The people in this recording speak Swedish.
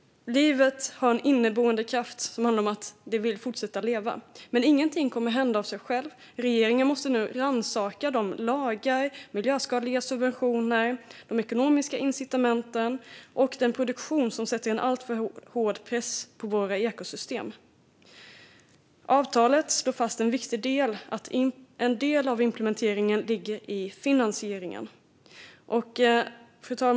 Livet har en inneboende kraft till fortsatt liv. Ingenting kommer dock att hända av sig självt. Regeringen måste nu rannsaka de lagar, miljöskadliga subventioner, ekonomiska incitament och den produktion som sätter en alltför hård press på våra ekosystem. Avtalet slår fast att en viktig del av implementering ligger i finansieringen.